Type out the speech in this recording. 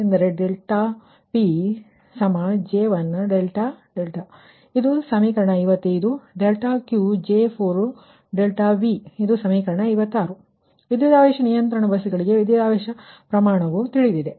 ಅದರಿಂದ ಇದು ಸಮೀಕರಣ 54 ಎಂದರೆ ∆PJ1∆δ ಇದು ಸಮೀಕರಣ 55 ಮತ್ತು ಇದು ಸಮೀಕರಣ 56 ಅದರಿಂದ ವಿದ್ಯುತ್ ವೋಲ್ಟೇಜ್ ನಿಯಂತ್ರಣ ಬಸ್ಸುಗಳಿಗೆ ವಿದ್ಯುತ್ ವೋಲ್ಟೇಜ್ ಪ್ರಮಾಣವು ತಿಳಿದಿದೆ